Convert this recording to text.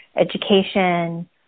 education